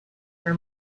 her